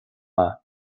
maith